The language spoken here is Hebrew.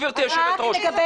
גברתי היושבת ראש,